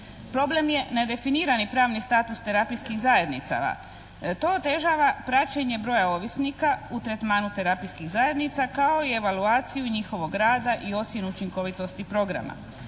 Problem je nedefinirani pravni status terapijskih zajednica, to otežava praćenje broja ovisnika u tretmanu terapijskih zajednica kao i evaloaciju njihovog rada i ocjenu učinkovitosti programa.